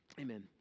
amen